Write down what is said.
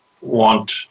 want